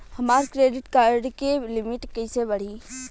हमार credit card के limit कइसे बढ़ी?